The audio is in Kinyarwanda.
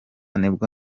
nibwo